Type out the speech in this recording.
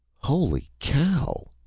holy cow,